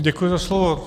Děkuji za slovo.